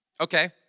Okay